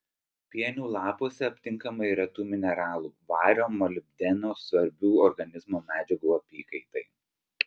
pienių lapuose aptinkama ir retų mineralų vario molibdeno svarbių organizmo medžiagų apykaitai